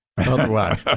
otherwise